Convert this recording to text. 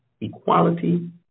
equality